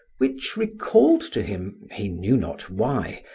which recalled to him, he knew not why,